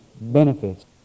benefits